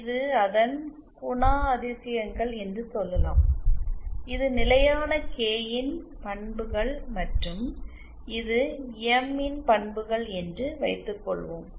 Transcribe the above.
இது அதன் குணாதிசயங்கள் என்று சொல்லுங்கள் இது நிலையான கே இன் பண்புகள் மற்றும் இது எம் இன் பண்புகள் என்று வைத்துக்கொள்வோம்